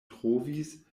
trovis